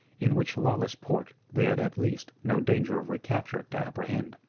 in which lawless port they had at least no danger of recapture to apprehend.